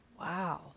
Wow